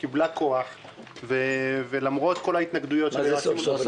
קיבלה כוח ולמרות כל ההתנגדויות --- מה זה סוף סוף?